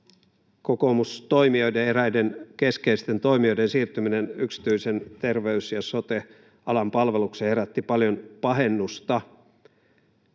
kokoomustoimijoiden, eräiden keskeisten toimijoiden, siirtyminen yksityisen terveys- ja sote-alan palvelukseen herätti paljon pahennusta.